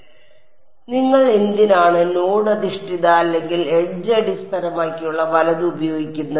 അതിനാൽ നിങ്ങൾ എന്തിനാണ് നോഡ് അധിഷ്ഠിത അല്ലെങ്കിൽ എഡ്ജ് അടിസ്ഥാനമാക്കിയുള്ള വലത് ഉപയോഗിക്കുന്നത്